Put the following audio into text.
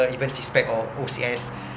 even SISPEC or O_C_S